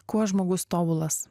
kuo žmogus tobulas